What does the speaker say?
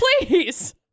please